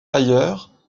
ailleurs